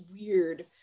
weird